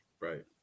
Right